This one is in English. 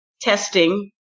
testing